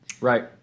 Right